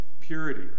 purity